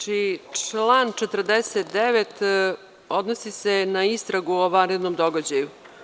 Član 49. odnosi se na istragu o vanrednom događaju.